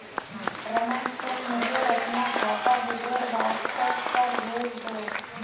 रमन, तुम मुझे अपना खाता विवरण व्हाट्सएप पर भेज दो